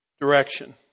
direction